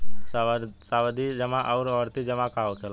सावधि जमा आउर आवर्ती जमा का होखेला?